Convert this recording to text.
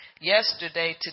yesterday